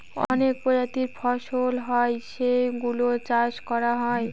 অনেক প্রজাতির ফসল হয় যেই গুলো চাষ করা হয়